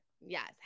Yes